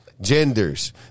genders